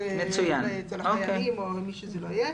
אל החיילים או אצל מי שזה לא יהיה.